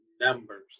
numbers